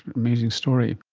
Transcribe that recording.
amazing story